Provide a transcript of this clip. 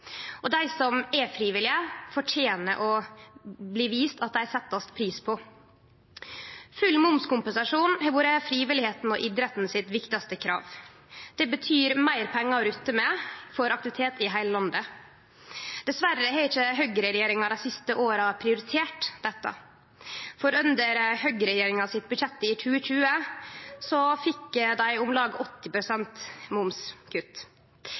og inkludering. Dei som er frivillige, fortener å bli vist at ein set pris på dei. Full momskompensasjon har vore det viktigaste kravet til frivilligheita og idretten. Det betyr meir pengar å rutte med for aktivitet i heile landet. Dessverre har ikkje høgreregjeringa dei siste åra prioritert dette, for under budsjettet frå høgreregjeringa i 2020 fekk dei om lag